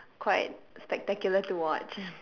quite spectacular to watch